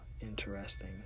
interesting